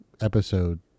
episode